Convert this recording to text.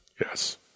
Yes